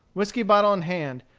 whiskey bottle in hand,